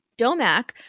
Domac